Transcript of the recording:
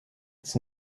its